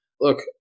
look